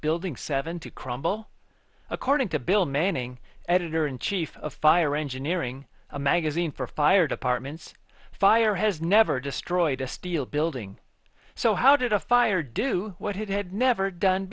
building seven to crumble according to bill manning editor in chief of fire engineering a magazine for fire departments fire has never destroyed a steel building so how did a fire do what it had never done